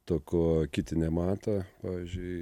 to ko kiti nemato pavyzdžiui